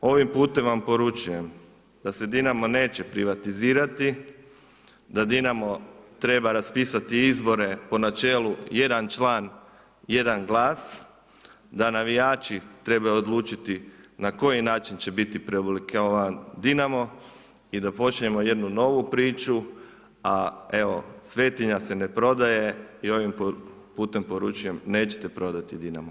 Ovim putem vam poručujem da se Dinamo neće privatizirati, da Dinamo treba raspisati izbore po načelu jedan član, jedan glas, da navijači trebaju odlučiti na koji način će biti preoblikovan Dinamo i da počnemo jednu novu priču a evo svetinja se ne prodaje i ovim putem poručujem nećete prodati Dinamo.